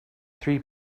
three